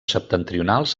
septentrionals